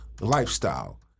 lifestyle